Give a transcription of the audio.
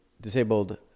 disabled